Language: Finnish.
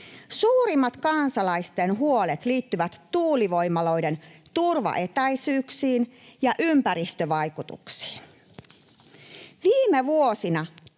Suurimmat kansalaisten huolet liittyvät tuulivoimaloiden turvaetäisyyksiin ja ympäristövaikutuksiin. Viime vuosina